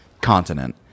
continent